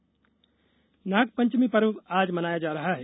नागपंचमी नागपंचमी पर्व पर आज मनाया जा रहा है